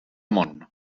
món